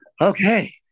Okay